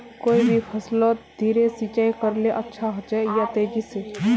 कोई भी फसलोत धीरे सिंचाई करले अच्छा होचे या तेजी से?